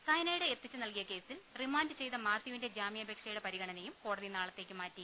cyanide എത്തിച്ച് നൽകിയ കേസിൽ റിമാൻഡ് ചെയ്ത മാത്യുവിന്റെ ജാമ്യപേക്ഷയുടെ പരിഗണനയും കോടതി നാളെത്തേക്ക് മാറ്റി